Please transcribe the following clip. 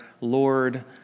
Lord